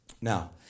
Now